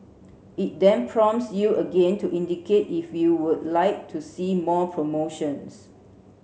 it then prompts you again to indicate if you would like to see more promotions